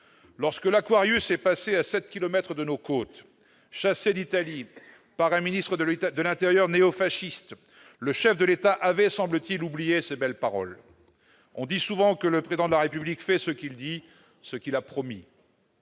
Lorsque l'est passé à sept kilomètres de nos côtes, chassé d'Italie par un ministre de l'intérieur néofasciste, le chef de l'État avait semble-t-il oublié ces belles paroles. On dit souvent que le Président de la République fait ce qu'il dit, ce qu'il a promis.